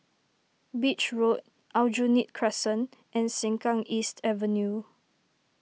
Beach Road Aljunied Crescent and Sengkang East Avenue